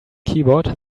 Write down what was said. keyboard